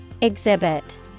exhibit